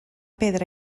pedra